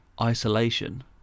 isolation